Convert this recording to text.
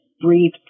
breathe